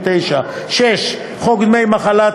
6. חוק דמי מחלה,